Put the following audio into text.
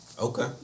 Okay